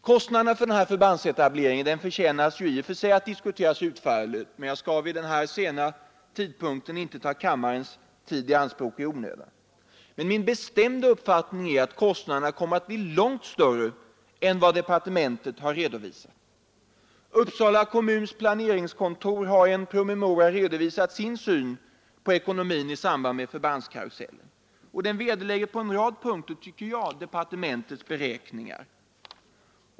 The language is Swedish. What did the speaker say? Kostnaderna för den här förbandsetableringen förtjänar i och för sig att diskuteras utförligt, men jag skall vid den här sena tidpunkten inte ta kammarens tid i anspråk i onödan. Min bestämda uppfattning är emellertid att kostnaderna kommer att bli långt större än vad departementet har redovisat. Uppsala kommuns planeringskontor har i en promemoria redovisat sin syn på ekonomin i samband med ”förbandskarusellen”. Den vederlägger på en rad punkter, tycker jag, departementets beräkningar.